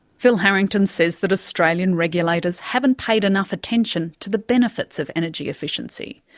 phil harrington says that australian regulators haven't paid enough attention to the benefits of energy efficiency.